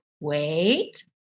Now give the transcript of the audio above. Wait